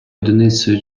одиницею